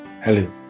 Hello